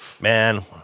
Man